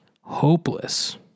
hopeless